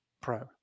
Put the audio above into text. pro